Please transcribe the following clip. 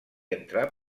entrar